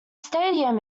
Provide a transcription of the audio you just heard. stadium